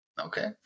Okay